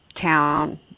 town